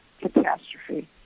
catastrophe